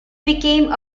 became